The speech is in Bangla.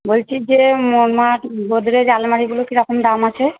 বলছি যে মোটমাট গোদরেজ আলমারিগুলোর কীরকম দাম আছে